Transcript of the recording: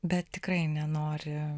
bet tikrai nenori